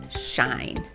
shine